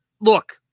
look